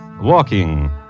walking